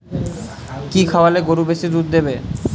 কি খাওয়ালে গরু বেশি দুধ দেবে?